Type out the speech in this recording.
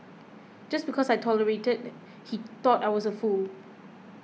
just because I tolerated he thought I was a fool